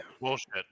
Bullshit